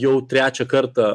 jau trečią kartą